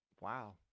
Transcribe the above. Wow